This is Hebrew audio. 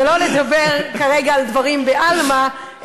לא לדבר כרגע על דברים בעלמא,